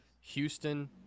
Houston